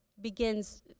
begins